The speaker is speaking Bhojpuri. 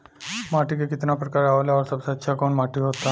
माटी के कितना प्रकार आवेला और सबसे अच्छा कवन माटी होता?